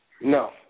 No